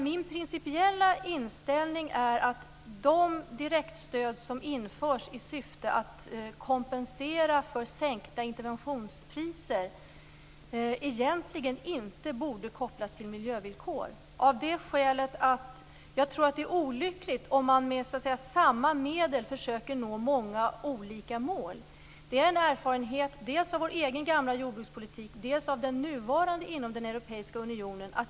Min principiella inställning är att de direktstöd som införs i syfte att kompensera sänkta interventionspriser egentligen inte borde kopplas till miljövillkor av det skälet att jag tror att det är olyckligt om man med samma medel försöker nå många olika mål. Det är en erfarenhet dels av vår egen gamla jordbrukspolitik, dels av den nuvarande jordbrukspolitiken inom den europeiska unionen.